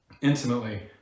intimately